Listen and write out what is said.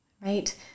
right